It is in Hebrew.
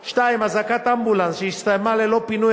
2. הזעקת אמבולנס שהסתיימה ללא פינוי